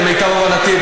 למיטב הבנתי,